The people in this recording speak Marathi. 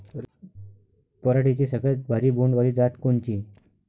पराटीची सगळ्यात भारी बोंड वाली जात कोनची?